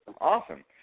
Awesome